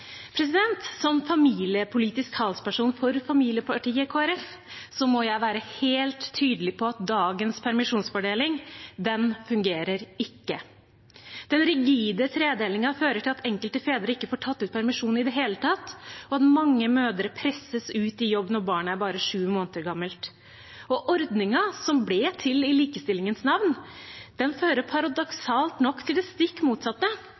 Som familiepolitisk talsperson for familiepartiet Kristelig Folkeparti må jeg være helt tydelig på at dagens permisjonsfordeling ikke fungerer. Den rigide tredelingen fører til at enkelte fedre ikke får tatt ut permisjon i det hele tatt, og at mange mødre presses ut i jobb når barnet er bare sju måneder gammelt. Ordningen som ble til i likestillingens navn, fører paradoksalt nok til det stikk motsatte.